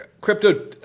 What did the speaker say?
crypto